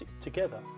together